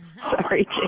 Sorry